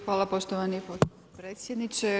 Hvala poštovani potpredsjedniče.